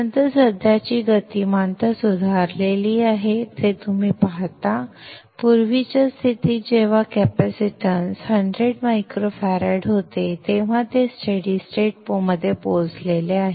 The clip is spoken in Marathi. तर सध्याची गतिमानता सुधारलेली आहे हे तुम्ही पाहता पूर्वीच्या स्थितीत जेव्हा कॅपॅसिटन्स 1000μF होते तेव्हा ते स्टेडि स्टेट पोहोचले आहे